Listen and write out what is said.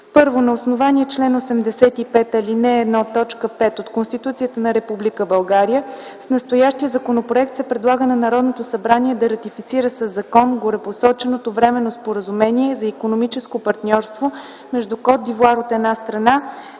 Първо, на основание чл. 85, ал. 1, т. 5 от Конституцията на Република България с настоящия законопроект се предлага на Народното събрание да ратифицира със закон гореспоменатото Временно споразумение за икономическо партньорство между Кот д’Ивоар, от една страна,